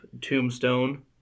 Tombstone